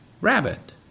Rabbit